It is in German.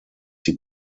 die